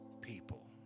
people